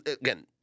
again